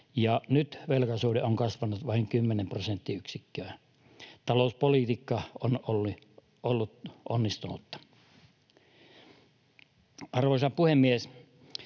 nyt velkasuhde on kasvanut vain 10 prosenttiyksikköä. Talouspolitiikka on ollut onnistunutta. Arvoisa puhemies!